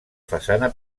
façana